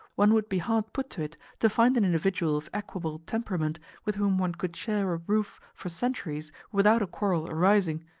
one would be hard put to it to find an individual of equable temperament with whom one could share a roof for centuries without a quarrel arising.